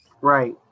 Right